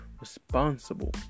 responsible